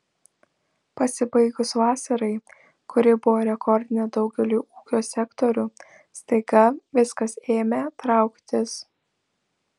pasibaigus vasarai kuri buvo rekordinė daugeliui ūkio sektorių staiga viskas ėmė trauktis